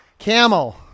Camel